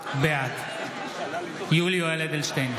בעד יולי יואל אדלשטיין,